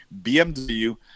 bmw